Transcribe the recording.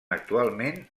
actualment